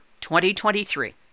2023